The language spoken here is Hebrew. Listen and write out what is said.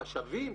החשבים,